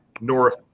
North